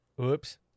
oops